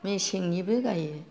मेसेंनिबो गाइयो